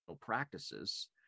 practices